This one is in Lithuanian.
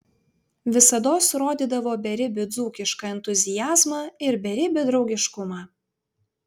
visados rodydavo beribį dzūkišką entuziazmą ir beribį draugiškumą